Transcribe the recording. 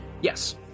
Yes